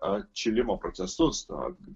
atšilimo procesus